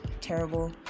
terrible